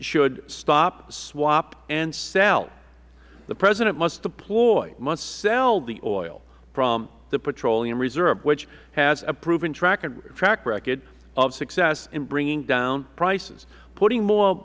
should stop swap and sell the president must deploy must sell the oil from the petroleum reserve which has a proven track record of success in bringing down prices putting more